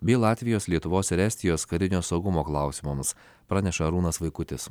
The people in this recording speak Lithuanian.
bei latvijos lietuvos ir estijos karinio saugumo klausimams praneša arūnas vaikutis